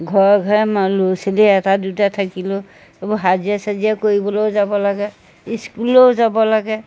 ঘৰে ঘৰে ল'ৰা ছোৱালীয়ে এটা দুটা থাকিলেও এইবোৰ হাজিৰা চাজিয়া কৰিবলৈও যাব লাগে স্কুললৈও যাব লাগে